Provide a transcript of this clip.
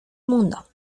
mundo